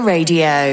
Radio